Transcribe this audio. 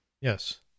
Yes